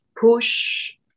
push